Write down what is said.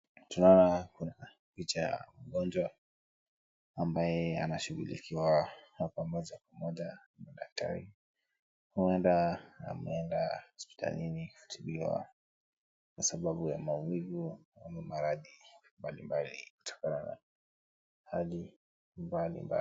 Tunaona kuna picha ya mgonjwa ambaye anashughulikiwa kwa pamoja na daktari uenda ameenda hospitali kutibiwa kwa sababu ya maumivu ama maradhi mbali mbali kutokana na hali mbali mbali.